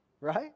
right